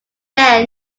then